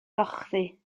gochddu